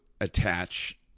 attach